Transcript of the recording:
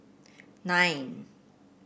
nine